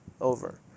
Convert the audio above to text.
over